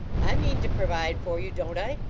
i mean to provide for you, don't i?